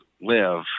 live